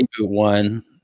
one